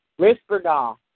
Risperdal